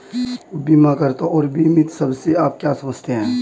बीमाकर्ता और बीमित शब्द से आप क्या समझते हैं?